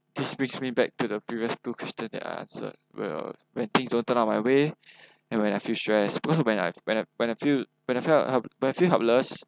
this brings me back to the previous two question that I answered uh when things don't turn out my way and when I feel stress because when I when I when I feel when I felt help~ when I feel helpless